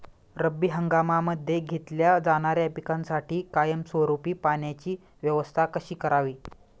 रब्बी हंगामामध्ये घेतल्या जाणाऱ्या पिकांसाठी कायमस्वरूपी पाण्याची व्यवस्था कशी करावी?